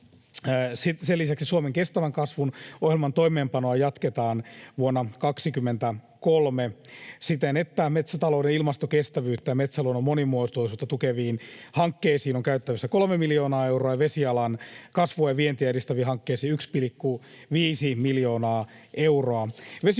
sen lisäksi Suomen kestävän kasvun ohjelman toimeenpanoa jatketaan vuonna 23 siten, että metsätalouden ilmastokestävyyttä ja metsäluonnon monimuotoisuutta tukeviin hankkeisiin on käytettävissä 3 miljoonaa euroa ja vesialan kasvua ja vientiä edistäviin hankkeisiin 1,5 miljoonaa euroa.